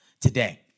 today